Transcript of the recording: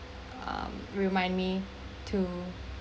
ah um remind me to to